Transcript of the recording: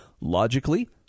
Logically